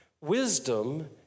Wisdom